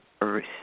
earth